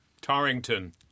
Tarrington